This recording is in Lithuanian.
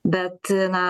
bet na